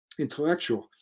intellectual